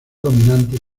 dominante